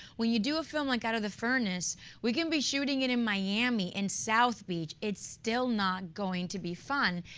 when you do film like out of the furnace we can be shooting it in miami, in south beach, it's still not going to be fun.